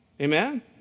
Amen